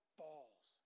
falls